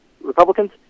Republicans